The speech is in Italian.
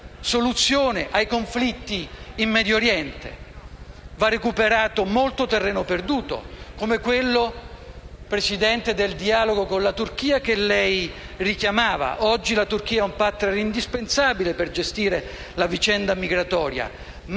soluzione ai conflitti in Medio Oriente. Va recuperato molto terreno perduto come quello del dialogo con la Turchia che lei richiamava. Oggi la Turchia è un *partner* indispensabile per gestire la vicenda migratoria,